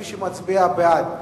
מי שמצביע בעד,